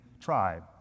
tribe